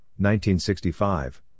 1965